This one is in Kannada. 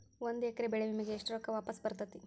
ಒಂದು ಎಕರೆ ಬೆಳೆ ವಿಮೆಗೆ ಎಷ್ಟ ರೊಕ್ಕ ವಾಪಸ್ ಬರತೇತಿ?